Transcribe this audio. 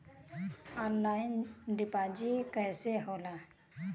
Online deposit कैसे होला?